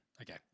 Okay